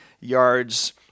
yards